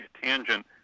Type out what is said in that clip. tangent